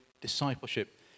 discipleship